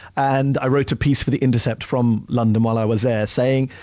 and i wrote a piece for the intercept from london while i was there saying,